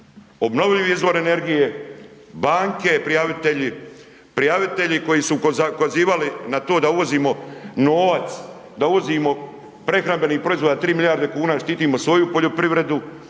Obnovljivi izvori energije, banke prijavitelji, prijavitelji koji su ukazivali na to da uvozimo novac, da uvozimo prehrambenih proizvoda 3 milijarde kuna i štitimo svoju poljoprivredu,